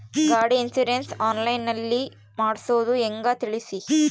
ಗಾಡಿ insurance online ನಲ್ಲಿ ಮಾಡ್ಸೋದು ಹೆಂಗ ತಿಳಿಸಿ?